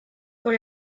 por